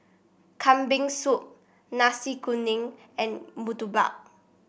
Kambing Soup Nasi Kuning and Murtabak